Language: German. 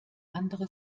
andere